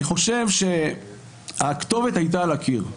אני חושב שהכתובת הייתה על הקיר,